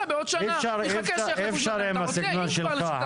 בעוד שנה --- אי-אפשר עם הסגנון שלך.